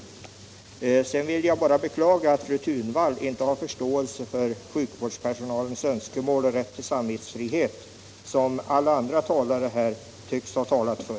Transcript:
Sedan vill jag bara beklaga att fru Thunvall inte har förståelse för sjukvårdspersonalens önskemål om och rätt till samvetsfrihet som andra talare i debatten har pläderat för.